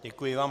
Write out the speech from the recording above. Děkuji vám.